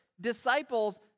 disciples